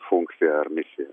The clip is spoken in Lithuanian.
funkciją ar misiją